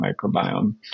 microbiome